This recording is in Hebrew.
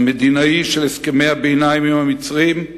המדינאי של הסכמי הביניים עם המצרים,